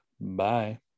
bye